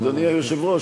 אדוני היושב-ראש,